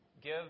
give